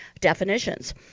definitions